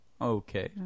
Okay